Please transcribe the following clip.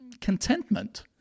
contentment